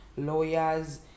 Lawyers